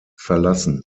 verlassen